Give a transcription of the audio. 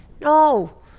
no